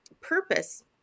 purpose